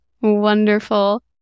Wonderful